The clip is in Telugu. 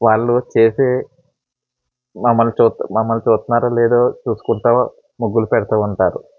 వాళ్ళు చేసే మమ్మల్ని మమ్మల్ని చూస్తున్నారో లేదో చూసుకుంటు ముగ్గులు పెడుతు ఉంటారు